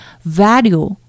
value